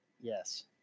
Yes